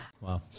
Wow